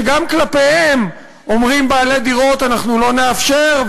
שגם כלפיהם אומרים בעלי דירות: אנחנו לא נאפשר,